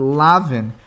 lavin